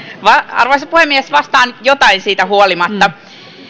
arvoisa puhemies vastaan jotain siitä huolimatta